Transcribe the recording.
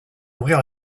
ouvrir